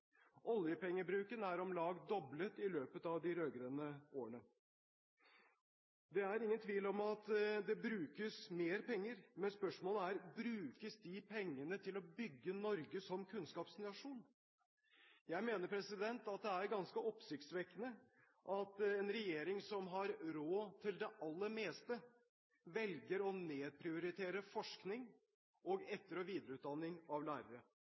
Oljepengebruken er om lag doblet i løpet av de rød-grønne årene. Det er ingen tvil om at det brukes mer penger, men spørsmålet er: Brukes de pengene til å bygge Norge som kunnskapsnasjon? Jeg mener at det er ganske oppsiktsvekkende at en regjering som har råd til det aller meste, velger å nedprioritere forskning og etter- og videreutdanning av lærere.